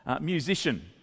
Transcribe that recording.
musician